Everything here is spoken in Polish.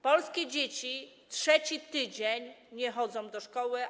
Polskie dzieci trzeci tydzień nie chodzą do szkoły.